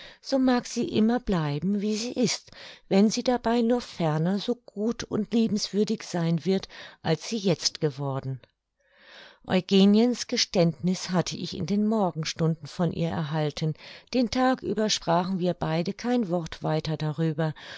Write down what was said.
so mag sie immer bleiben wie sie ist wenn sie dabei nur ferner so gut und liebenswürdig sein wird als sie jetzt geworden eugeniens geständniß hatte ich in den morgenstunden von ihr erhalten den tag über sprachen wir beide kein wort weiter darüber